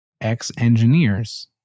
ex-engineers